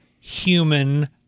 human